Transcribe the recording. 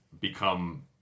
become